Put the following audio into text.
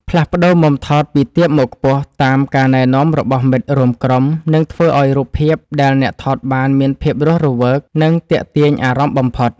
ផ្លាស់ប្តូរមុំថតពីទាបមកខ្ពស់តាមការណែនាំរបស់មិត្តរួមក្រុមនឹងធ្វើឱ្យរូបភាពដែលអ្នកថតបានមានភាពរស់រវើក និង ទាក់ទាញអារម្មណ៍បំផុត។